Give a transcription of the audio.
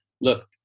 Look